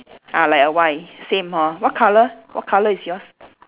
ah like a Y same hor what colour what colour is yours